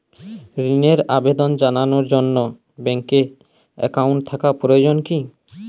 ঋণের আবেদন জানানোর জন্য ব্যাঙ্কে অ্যাকাউন্ট থাকা প্রয়োজন কী?